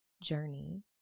journey